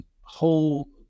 whole